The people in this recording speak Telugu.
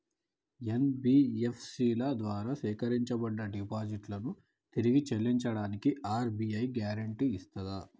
ఎన్.బి.ఎఫ్.సి ల ద్వారా సేకరించబడ్డ డిపాజిట్లను తిరిగి చెల్లించడానికి ఆర్.బి.ఐ గ్యారెంటీ ఇస్తదా?